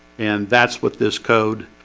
and that's what this code